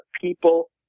people